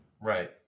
Right